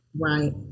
Right